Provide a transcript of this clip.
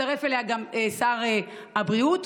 הצטרף גם שר הבריאות,